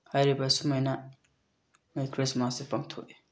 ꯍꯥꯏꯔꯤꯕ ꯁꯨꯃꯥꯏꯅ ꯃꯣꯏ ꯈ꯭ꯔꯤꯁꯃꯥꯁꯁꯦ ꯄꯥꯡꯊꯣꯛꯏ